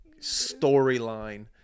storyline